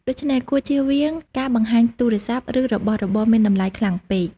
ដូច្នេះគួរជៀសវាងការបង្ហាញទូរស័ព្ទ ឬរបស់របរមានតម្លៃខ្លាំងពេក។